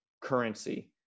currency